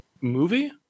movie